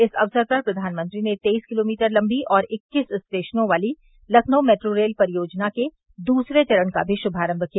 इस अवसर पर प्रधानमंत्री ने तेईस किलोमीटर लम्बी और इक्कीस स्टेशनों वाली लखनऊ मेट्रो रेल परियोजना के दूसरे चरण का भी शुमारम्म किया